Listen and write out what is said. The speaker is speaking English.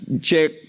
check